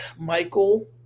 Michael